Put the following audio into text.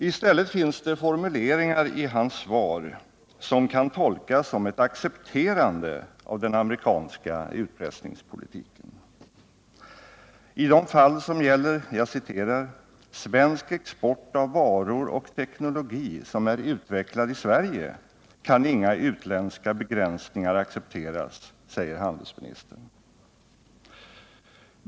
I stället finns det formuleringar i handelsministerns svar som kan tolkas som ett accepterande av den amerikanska utpressningspolitiken. I de fall som gäller ”Svensk export av varor och teknologi som är utvecklad i Sverige” —-—-- kan inga utländska begränsningar accepteras, säger handelsministern.